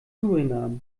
suriname